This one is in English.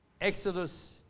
Exodus